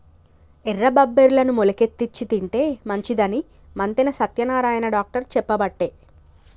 ఎర్ర బబ్బెర్లను మొలికెత్తిచ్చి తింటే మంచిదని మంతెన సత్యనారాయణ డాక్టర్ చెప్పబట్టే